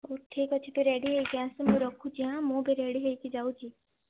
ହଉ ଠିକ୍ ଅଛି ତୁ ରେଡ଼ି ହେଇକି ଆସେ ମୁଁ ରଖୁଛି ଆଁ ମୁଁ ବି ରେଡ଼ି ହେଇକି ଯାଉଛି